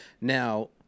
now